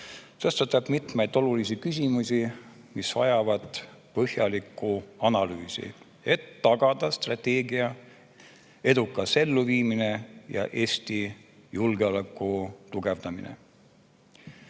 tõstatab mitmeid olulisi küsimusi, mis vajavad põhjalikku analüüsi, et tagada strateegia edukas elluviimine ja Eesti julgeoleku tugevdamine.